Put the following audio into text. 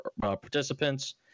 participants